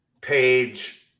Page